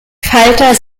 falter